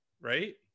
right